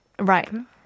right